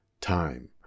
time